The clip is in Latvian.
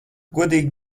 godīgi